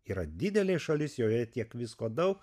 yra didelė šalis joje tiek visko daug